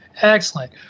Excellent